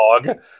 dog